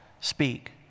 speak